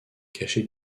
cachés